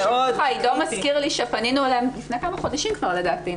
עדו מזכיר לי שפנינו אליהם לפני כמה חודשים כבר בעניין הזה.